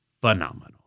phenomenal